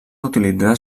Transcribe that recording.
utilitzar